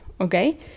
okay